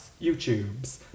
YouTubes